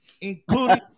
including